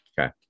okay